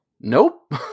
Nope